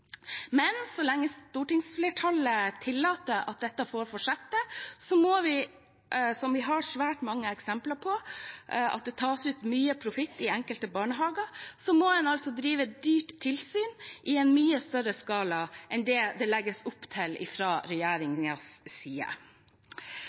Men så lenge stortingsflertallet tillater at dette får fortsette, at det tas ut mye profitt i enkelte barnehager – som vi har svært mange eksempler på – må en altså drive et dyrt tilsyn i en mye større skala enn det legges opp til